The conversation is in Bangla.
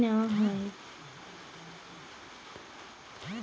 জমি আর চাষের জন্য অনেক জিনিস ঠিক করে নেওয়া হয়